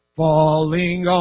falling